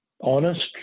honest